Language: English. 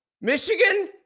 michigan